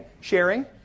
Sharing